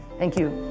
thank you.